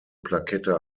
plakette